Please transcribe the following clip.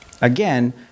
Again